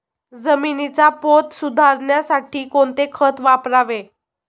जमिनीचा पोत सुधारण्यासाठी कोणते खत वापरावे?